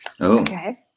Okay